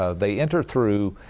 ah they enter through.